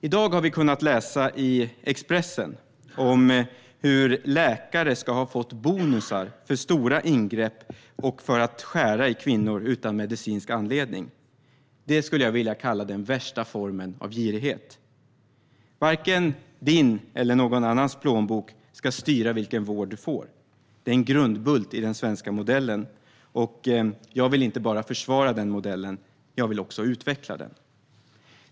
I dag har vi kunnat läsa i Expressen om hur läkare ska ha fått bonusar för stora ingrepp och för att utan medicinsk anledning skära i kvinnor. Det skulle jag vilja kalla den värsta formen av girighet. Varken din eller någon annans plånbok ska styra vilken vård du får. Det är en grundbult i den svenska modellen, och jag vill inte bara försvara den modellen, utan jag vill också utveckla den.